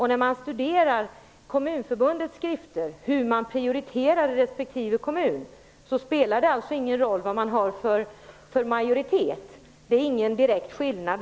När man studerar Kommunförbundets skrifter om hur man prioriterar i respektive kommun kan man se att det inte spelar någon roll vilken majoritet det finns i kommunen. Det är ingen direkt skillnad.